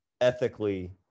ethically